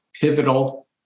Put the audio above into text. pivotal